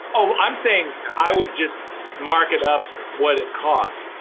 oh, i'm saying i would just mark it up what it costs